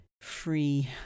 free